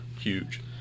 Huge